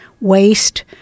waste